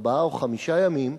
ארבעה או חמישה ימים,